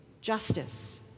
justice